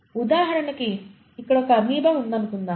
ఉదాహరణకి ఇక్కడ ఒక అమీబా ఉందనుకుందాము